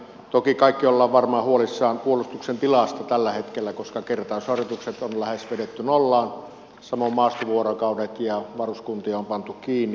toki kaikki olemme varmaan huolissamme puolustuksen tilasta tällä hetkellä koska kertausharjoitukset on lähes vedetty nollaan samoin maastovuorokaudet ja varuskuntia on pantu kiinni